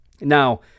Now